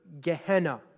Gehenna